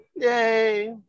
Yay